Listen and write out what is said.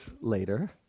later